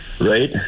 right